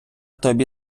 тобі